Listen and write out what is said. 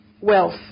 wealth